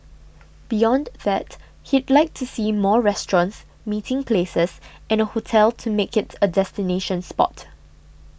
beyond that he'd like to see more restaurants meeting places and a hotel to make it a destination spot